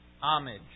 homage